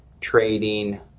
trading